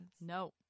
No